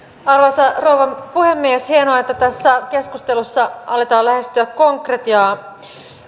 arvoisa rouva puhemies hienoa että tässä keskustelussa aletaan lähestyä konkretiaa